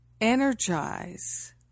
energize